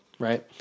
right